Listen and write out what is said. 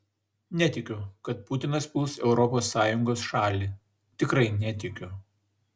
netikiu kad putinas puls europos sąjungos šalį tikrai netikiu